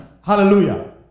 Hallelujah